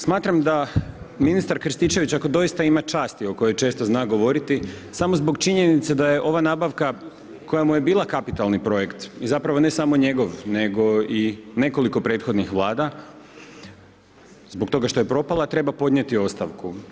Smatram da ministar Krstičević ako doista ima časti o kojoj često zna govoriti, samo zbog činjenice da je ova nabavka koja mu je bila kapitalni projekt i zapravo ne samo njegov, nego i nekoliko prethodnih Vlada, zbog toga što je propala, treba podnijeti ostavku.